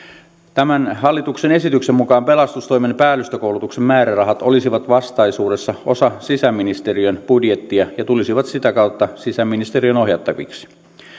tämän hallituksen esityksen mukaan pelastustoimen päällystökoulutuksen määrärahat olisivat vastaisuudessa osa sisäministeriön budjettia ja tulisivat sitä kautta sisäministeriön ohjattaviksi